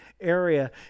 area